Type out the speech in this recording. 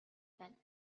байна